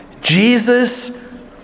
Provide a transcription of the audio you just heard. Jesus